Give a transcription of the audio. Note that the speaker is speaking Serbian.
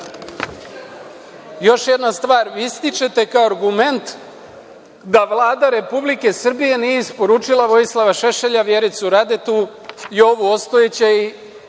jedna stvar. Ističete kao argument da Vlada Republike Srbije nije isporučila Vojislava Šešelja, Vjericu Radetu, Jovu Ostojića i